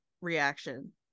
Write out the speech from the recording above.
reaction